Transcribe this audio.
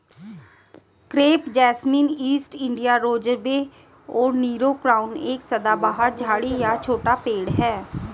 crepe jasmine, East India rosebay और Nero crown एक सदाबहार झाड़ी या छोटा पेड़ है